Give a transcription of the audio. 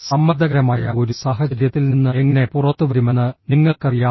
സമ്മർദ്ദകരമായ ഒരു സാഹചര്യത്തിൽ നിന്ന് എങ്ങനെ പുറത്തുവരുമെന്ന് നിങ്ങൾക്കറിയാമോ